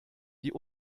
die